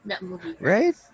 Right